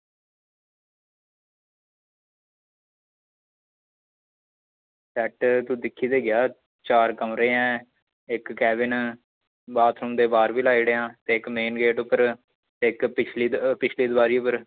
set तू दिक्खी ते गेआ चार कमरे ऐं इक कैबिन बाथरूम दे बाहर बी लाई ओड़ेआ इक मेन गेट उप्पर इक पिछली पिछली दिवारी उप्पर